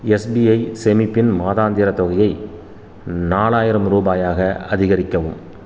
SBI சேமிப்பின் மாதாந்திரத் தொகையை நாலாயிரம் ரூபாயாக அதிகரிக்கவும்